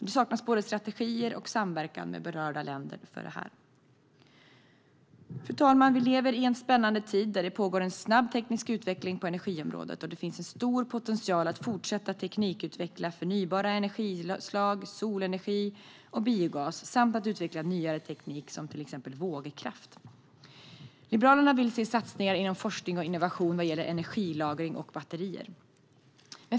Det saknas både strategier och samverkan med berörda länder för detta. Fru talman! Vi lever i en spännande tid där det pågår en snabb teknisk utveckling på energiområdet. Det finns en stor potential att fortsätta att teknikutveckla förnybara energislag, solenergi och biogas samt att utveckla nyare teknik, till exempel vågkraft. Liberalerna vill se satsningar inom forskning och innovation vad gäller energilagring och batterier.